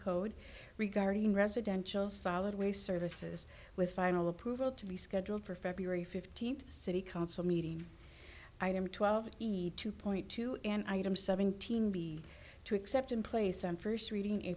code regarding residential solid waste services with final approval to be scheduled for february fifteenth city council meeting i am twelve easy to point to and item seventeen b to accept in place on first reading a